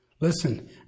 Listen